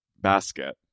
basket